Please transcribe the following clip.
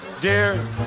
dear